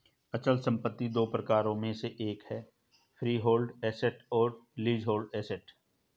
अचल संपत्ति दो प्रकारों में से एक है फ्रीहोल्ड एसेट्स और लीजहोल्ड एसेट्स